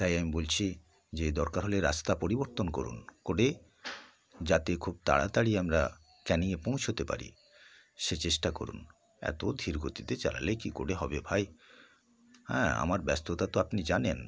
তাই আমি বলছি যে দরকার হলে রাস্তা পরিবর্তন করুন করে যাতে খুব তাড়াতাড়ি আমরা ক্যানিংয়ে পৌঁছোতে পারি সে চেষ্টা করুন এতো ধীর গতিতে চালালে কী করে হবে ভাই হ্যাঁ আমার ব্যস্ততা তো আপনি জানেন